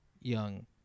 young